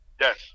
yes